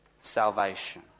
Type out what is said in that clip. salvation